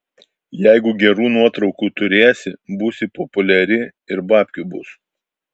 jeigu gerų nuotraukų turėsi būsi populiari ir babkių bus